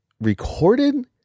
recorded